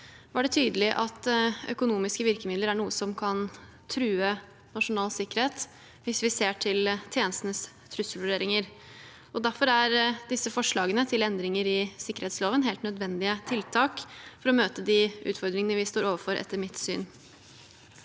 var det tydelig at økonomiske virkemidler er noe som kan true nasjonal sikkerhet, hvis vi ser til tjenestenes trusselvurderinger. Derfor er disse forslagene til endringer i sikkerhetsloven etter mitt syn helt nødvendige tiltak for å møte de utfordringene vi står overfor. Over flere